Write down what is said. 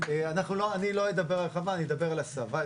לא אדבר על הרחבה, אדבר על הסבה.